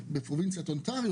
בפרובינציית אונטריו,